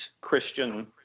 Christian